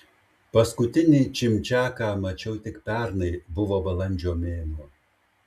paskutinį čimčiaką mačiau tik pernai buvo balandžio mėnuo